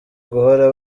guhora